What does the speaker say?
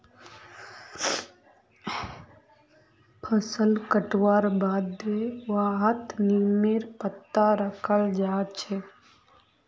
फसल कटवार बादे वहात् नीमेर पत्ता रखाल् जा छे